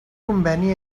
conveni